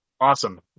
awesome